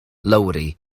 lowri